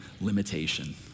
limitation